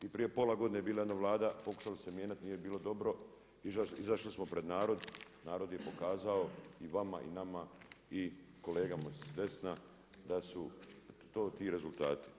I prije pola godine je bila jedna Vlada, pokušalo se mijenjati, nije bilo dobro, izašli smo pred narod, narod je pokazao i vama i nama i kolegama s desna da su to ti rezultati.